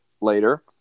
later